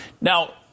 Now